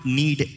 need